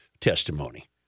testimony